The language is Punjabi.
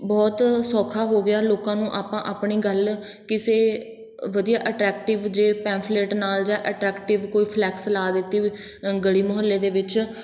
ਬਹੁਤ ਸੌਖਾ ਹੋ ਗਿਆ ਲੋਕਾਂ ਨੂੰ ਆਪਾਂ ਆਪਣੀ ਗੱਲ ਕਿਸੇ ਵਧੀਆ ਅਟਰੈਕਟਿਵ ਜੇ ਪੈਫਲੇਟ ਨਾਲ ਜਾਂ ਅਟਰੈਕਟਿਵ ਕੋਈ ਫਲੈਕਸ ਲਾ ਦਿੱਤੀ ਗਲੀ ਮੁਹੱਲੇ ਦੇ ਵਿੱਚ